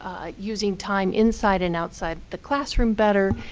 using time inside and outside the classroom better.